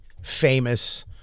famous